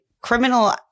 criminal